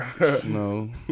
No